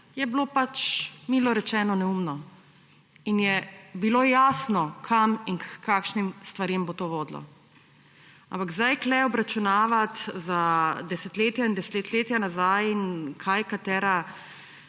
je bilo pač milo rečeno neumno in je bilo jasno, kam in h kakšnim stvarem bo to vodilo. Ampak zdaj tu obračunavati za desetletja in desetletja nazaj in kaj katera